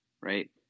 Right